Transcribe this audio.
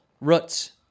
Roots